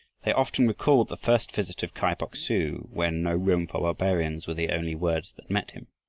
they often recalled the first visit of kai bok-su when no room for barbarians were the only words that met him.